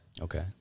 Okay